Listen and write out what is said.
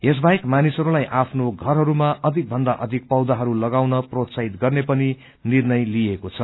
यसबाहेक मानिसहरूलाई आफ्नो घरहरूमा अधिक भन्दा अधिक पौधाहरू लागाउन प्रोत्साहित गर्ने पनि निष्ट्रय लिइएको छ